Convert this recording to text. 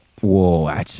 Whoa